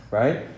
right